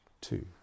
two